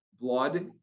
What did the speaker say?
blood